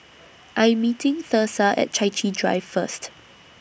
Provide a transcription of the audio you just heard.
I'm meeting Thursa At Chai Chee Drive First